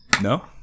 No